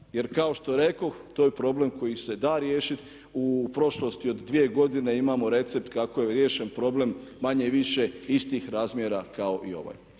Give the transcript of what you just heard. Jer kao što rekoh to je problem koji se da riješiti. U prošlosti od dvije godine imamo recept kako je riješen problem manje-više istih razmjera kao i ovaj.